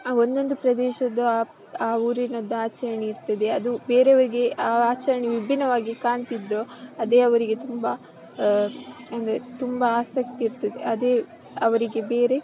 ಆ ಒಂದೊಂದು ಪ್ರದೇಶದ ಆ ಊರಿನದ್ದು ಆಚರಣೆ ಇರ್ತದೆ ಅದು ಬೇರೆಯವರಿಗೆ ಆ ಆಚರಣೆ ವಿಭಿನ್ನವಾಗಿ ಕಾಣ್ತಿದ್ದರು ಅದೇ ಅವರಿಗೆ ತುಂಬಾ ಅಂದರೆ ತುಂಬಾ ಆಸಕ್ತಿ ಇರ್ತದೆ ಅದೇ ಅವರಿಗೆ ಬೇರೆ